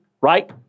right